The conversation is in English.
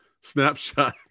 snapshot